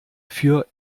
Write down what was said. für